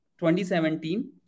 2017